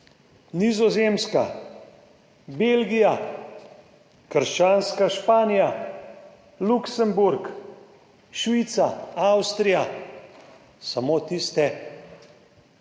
Nizozemska, Belgija, krščanska Španija, Luksemburg, Švica, Avstrija, samo tiste